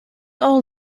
all